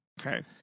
Okay